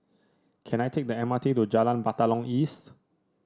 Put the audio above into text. can I take the M R T to Jalan Batalong East